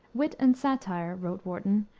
wit and satire, wrote warton,